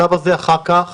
הצו הזה אחר כך